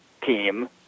team